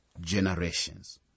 generations